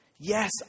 yes